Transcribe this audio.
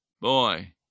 boy